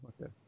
okay